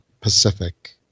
Pacific